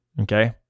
Okay